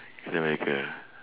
captain america ah